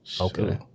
okay